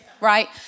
right